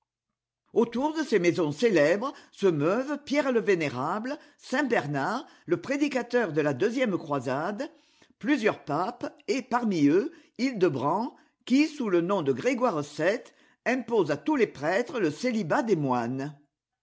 autour de ces maisons célèbres se meuvent pierre le vénérable saint bernard le prédicateur de la deuxième croisade plusieurs papes et parmi eux hildebrand qui sous le nom de grégoire vii impose à tous les prêtres le célibat des moines